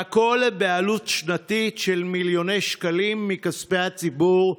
והכול בעלות שנתית של מיליוני שקלים מכספי הציבור,